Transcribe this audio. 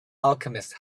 alchemist